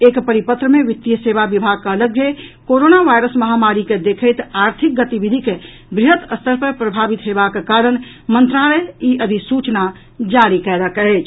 एक परिपत्र मे वित्तीय सेवा विभाग कहलक जे कोरोना वायरस महामारी के देखैत आर्थिक गतिविधि के वृहत स्तर पर प्रभावित हेबाक कारण मंत्रालय ई अधिसूचना जारी कयलक अछि